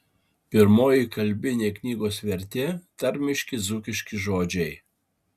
pirmoji kalbinė knygos vertė tarmiški dzūkiški žodžiai